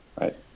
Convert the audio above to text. right